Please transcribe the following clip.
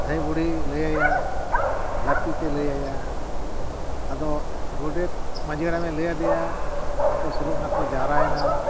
ᱫᱷᱟᱹᱭ ᱵᱩᱲᱦᱤ ᱞᱟᱹᱭᱟᱭᱟᱭ ᱞᱟᱹᱯᱤᱛᱮ ᱞᱟᱹᱭᱟᱭᱟ ᱟᱫᱚ ᱜᱚᱰᱮᱛ ᱢᱟᱹᱡᱷᱤ ᱦᱟᱲᱟᱢᱮ ᱞᱟᱹᱭᱟᱫᱮᱭᱟ ᱟᱛᱳ ᱥᱳᱞᱳᱟᱱᱟ ᱠᱚ ᱡᱟᱣᱨᱟᱭᱮᱱᱟ